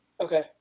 okay